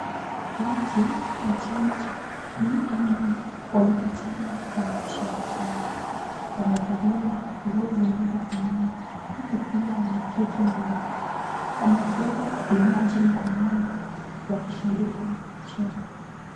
Watu wa chama cha PNU, wamekutana na wanasherehekea. Wamevalia nguo zinazofanana, huku pia kuna keki mezani. Wamebeba vinywaji mkononi wakishangilia na kucheka.